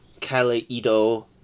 Kaleido